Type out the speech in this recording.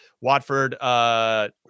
Watford